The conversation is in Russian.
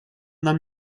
нам